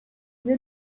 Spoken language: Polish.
nie